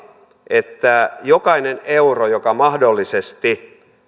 että jokainen euro joka mahdollisesti